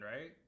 right